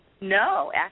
No